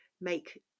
make